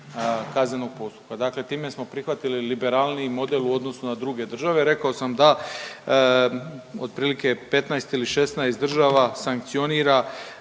kaznenog postupka. Dakle, time smo prihvatili liberalniji model u odnosu na druge države. Rekao sam da otprilike 15 ili 16 država sankcionira